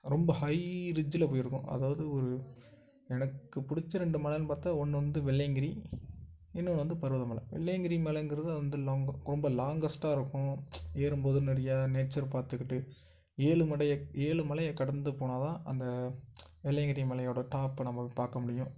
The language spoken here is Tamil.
ரொம்ப ஹை ரிஜ்ஜில போயிருக்கும் அதாவது ஒரு எனக்கு பிடிச்ச ரெண்டு மலைன்னு பார்த்தா ஒன்று வந்து வெள்ளையங்கிரி இன்னொன்னு வந்து பருவத மலை வெள்ளையங்கிரி மலைங்கிறது வந்து லாங்காக ரொம்ப லாங்கஸ்டாக இருக்கும் ஏறும்போது நிறையா நேச்சர் பார்த்துக்கிட்டு ஏழுமடைய ஏழுமலையை கடந்து போனால் தான் அந்த வெள்ளையங்கிரி மலையோட டாப்ப நம்ம பார்க்க முடியும்